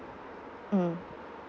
mm